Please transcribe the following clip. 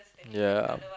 ya